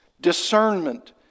discernment